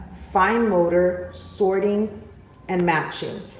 fine motor, sorting and matching.